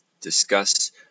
discuss